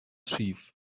schief